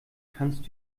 kannst